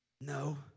No